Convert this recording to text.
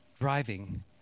driving